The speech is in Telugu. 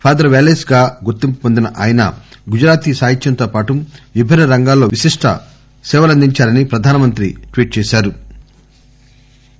ఫాదర్ వ్యాలేస్ గా గుర్తింపు వొందిన ఆయన గుజరాతీ సాహిత్యంతోపాటు విభిన్న రంగాల్లో విస్తృత సేవలందించారని ప్రధానమంత్రి ట్వీట్ చేశారు